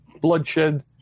bloodshed